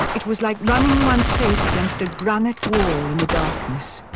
it was like running one's face against a granite wall in the darkness.